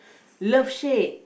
love shack